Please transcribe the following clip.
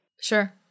Sure